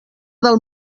del